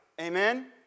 Amen